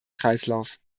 kreislauf